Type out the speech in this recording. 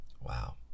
wow